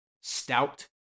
stout